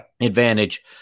advantage